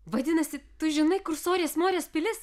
vadinasi tu žinai kur sorės morės pilis